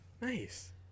Nice